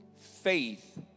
Faith